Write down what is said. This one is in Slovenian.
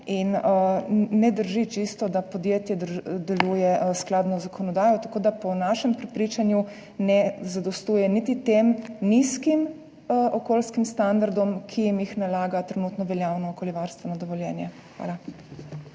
in ne drži čisto, da podjetje deluje skladno z zakonodajo. Tako da po našem prepričanju ne zadostuje niti tem nizkim okoljskim standardom, ki jim jih nalaga trenutno veljavno okoljevarstveno dovoljenje. Hvala.